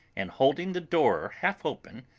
and, holding the door half open,